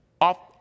off